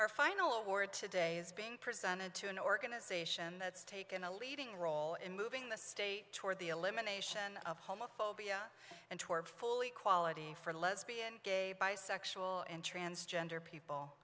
our final word today is being presented to an organization that's taken a leading role in moving the state toward the elimination of homophobia and toward fully quality for lesbian gay bisexual and transgender people